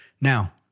Now